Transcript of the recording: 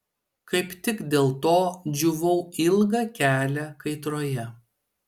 kaip tik dėl to džiūvau ilgą kelią kaitroje